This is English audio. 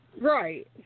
Right